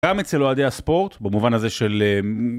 גם אצל אוהדי הספורט, במובן הזה של...